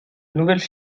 nouvelles